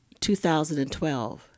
2012